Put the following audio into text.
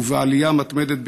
ובעלייה מתמדת,